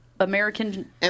American